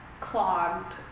clogged